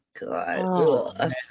God